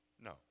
No